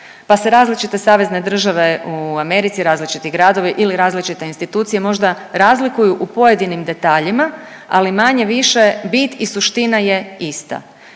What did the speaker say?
pa se različite savezne države u Americi, različiti gradovi ili različite institucije možda razlikuju u pojedinim detaljima, ali manje-više bit i suština je ista.